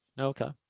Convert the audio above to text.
Okay